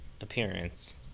appearance